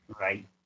Right